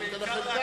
אני לא מאשים אתכם,